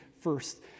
first